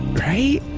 right?